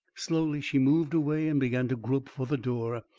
slowly she moved away and began to grope for the door.